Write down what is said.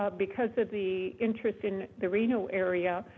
ah because of the interest in the reno area,